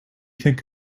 think